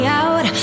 out